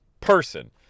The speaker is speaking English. person